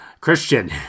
christian